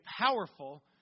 powerful